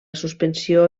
suspensió